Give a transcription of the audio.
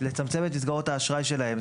לצמצם את מסגרות האשראי שלהם.